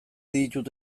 ditut